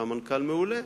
והוא היה מנכ"ל מעולה,